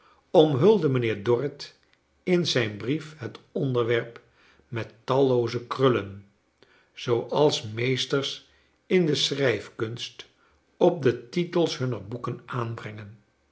omhulde mijnheer dorrit in zijn brief het onderwerp met tallooze krullen zooals meesters in de schrijfkunst op de titels hunner boeken aanbrengen